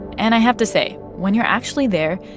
and i have to say, when you're actually there,